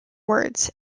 words